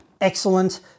excellent